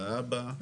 לאבא,